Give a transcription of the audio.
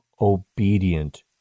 obedient